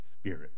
spirit